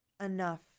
enough